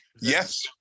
Yes